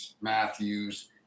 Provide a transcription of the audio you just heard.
Matthews